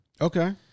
Okay